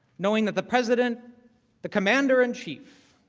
knowing that the president the commander in chief